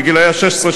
בגיל 16,